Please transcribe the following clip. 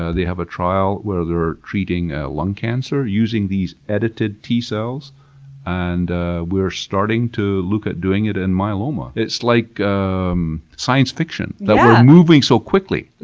ah they have a trial where they're treating lung cancer using these edited t-cells and we're starting to look at doing it in myeloma. it's like um science fiction that we're moving so quickly. yeah!